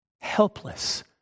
Helpless